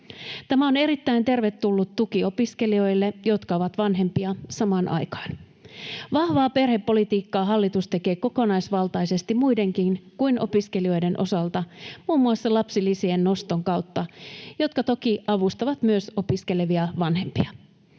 Tämä on erittäin tervetullut tuki opiskelijoille, jotka ovat vanhempia samaan aikaan. Vahvaa perhepolitiikkaa hallitus tekee kokonaisvaltaisesti muidenkin kuin opiskelijoiden osalta, muun muassa lapsilisien noston kautta, mikä toki avustaa myös opiskelevia vanhempia.